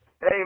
Hey